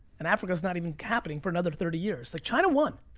and africa's not even happening for another thirty years. like china won.